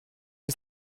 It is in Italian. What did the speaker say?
gli